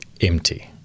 empty